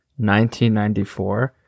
1994